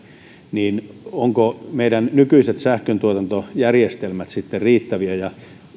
ovatko meidän nykyiset sähköntuotantojärjestelmät sitten riittäviä ja